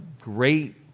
great